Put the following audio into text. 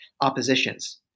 oppositions